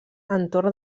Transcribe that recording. entorn